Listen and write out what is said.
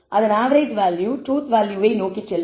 அதன் average value truth வேல்யூவை நோக்கிச் செல்லும்